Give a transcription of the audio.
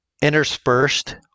interspersed